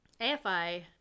AFI